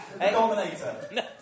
Dominator